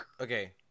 Okay